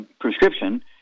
prescription